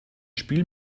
spiel